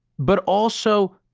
but also,